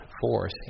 force